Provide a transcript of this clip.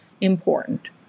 important